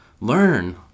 learn